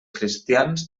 cristians